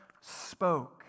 spoke